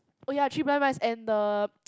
oh ya three blind mice and the